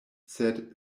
sed